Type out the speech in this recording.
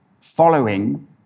following